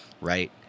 Right